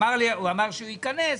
הוא אמר שהוא ייכנס,